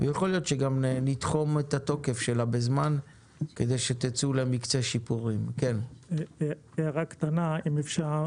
הבעיה שלנו היא לגבי התיירים שנדרשים לבצע 72 שעות לפני בדיקת PCR